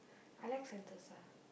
I like Sentosa